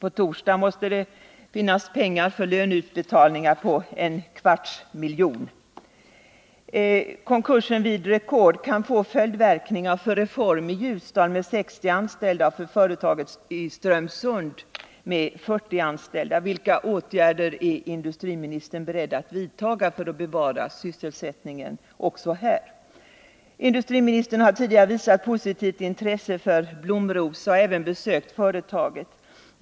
På torsdag måste pengar finnas för löneutbetalningar på 0,25 milj.kr. Industriministern har tidigare visat positivt intresse för Blom-Rosa och även besökt företaget.